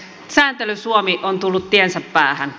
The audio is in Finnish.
sääntely suomi on tullut tiensä päähän